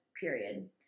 period